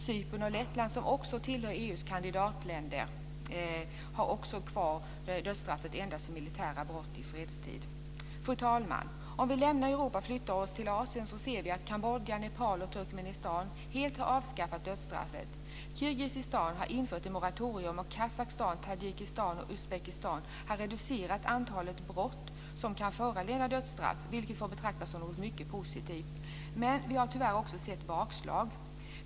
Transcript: Cypern och Lettland tillhör EU:s kandidatländer. Fru talman! Om vi lämnar Europa och flyttar oss till Asien ser vi att Kambodja, Nepal och Turkmenistan helt har avskaffat dödsstraffet. Kirgizistan har infört ett moratorium och Kazakstan, Tadzjikistan och Uzbekistan har reducerat antalet brott som kan föranleda dödsstraff, vilket får betraktas som något mycket positivt. Men vi har tyvärr också sett bakslag.